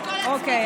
את כל הצמיגים,